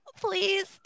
please